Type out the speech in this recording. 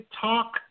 talk